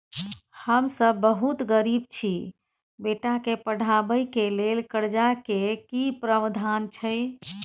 हम सब बहुत गरीब छी, बेटा के पढाबै के लेल कर्जा के की प्रावधान छै?